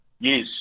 Yes